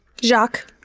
Jacques